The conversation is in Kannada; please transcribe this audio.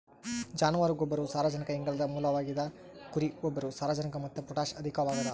ಜಾನುವಾರು ಗೊಬ್ಬರವು ಸಾರಜನಕ ಇಂಗಾಲದ ಮೂಲವಾಗಿದ ಕುರಿ ಗೊಬ್ಬರವು ಸಾರಜನಕ ಮತ್ತು ಪೊಟ್ಯಾಷ್ ಅಧಿಕವಾಗದ